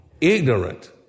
ignorant